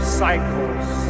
cycles